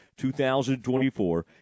2024